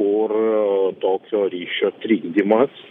kur tokio ryšio trikdymas